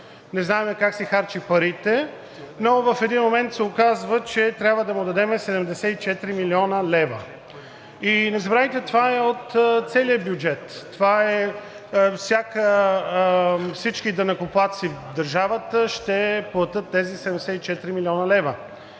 не знаем как си харчи парите, но в един момент се оказва, че трябва да му дадем 74 млн. лв. И не забравяйте, това е от целия бюджет – всички данъкоплатци в държавата ще платят тези 74 млн. лв.